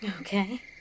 Okay